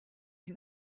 ihn